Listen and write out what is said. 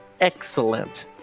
Excellent